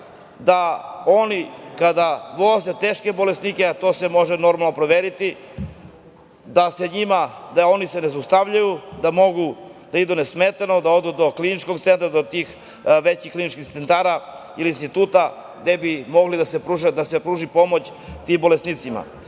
da oni kada voze teške bolesnike, a to se, normalno, može proveriti, da se oni ne zaustavljaju, da mogu da idu nesmetanu, da odu do kliničkog centra, do tih većih kliničkih centara ili instituta gde bi mogla da se pruži pomoć tim bolesnicima? Mislim